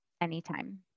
anytime